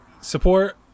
support